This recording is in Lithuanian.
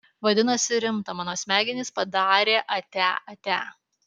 vadinasi rimta mano smegenys padarė atia atia